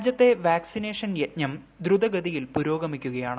രാജ്യത്തെ വാക്സിനേഷൻ യജ്ഞം ദ്രുതഗതിയിൽ പുരോഗമിക്കുകയാണ്